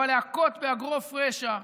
אבל "להכות באגרף רשע".